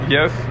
yes